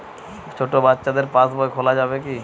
ছোট বাচ্চাদের পাশবই খোলা যাবে কি?